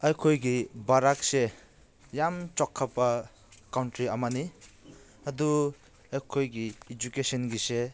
ꯑꯩꯈꯣꯏꯒꯤ ꯚꯥꯔꯠꯁꯦ ꯌꯥꯝ ꯆꯥꯎꯈꯠꯄ ꯀꯟꯇ꯭ꯔꯤ ꯑꯃꯅꯤ ꯑꯗꯨ ꯑꯩꯈꯣꯏꯒꯤ ꯏꯖꯨꯀꯦꯁꯟꯒꯤꯁꯦ